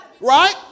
Right